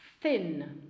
Thin